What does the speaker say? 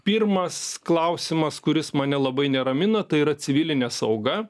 pirmas klausimas kuris mane labai neramina tai yra civilinė sauga